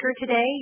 today